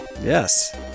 yes